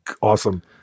awesome